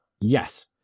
Yes